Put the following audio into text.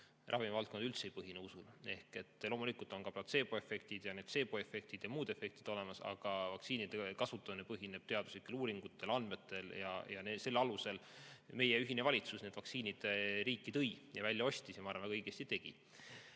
ravimivaldkond üldse ei põhine usul. Loomulikult on ka platseeboefektid ja notseeboefektid ja muud efektid olemas, aga vaktsiinide kasutamine põhineb teaduslikel uuringutel, andmetel ja selle alusel meie ühine valitsus need vaktsiinid riiki tõi ja välja ostis ja ma arvan, et õigesti tegi. Mis